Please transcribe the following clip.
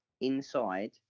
inside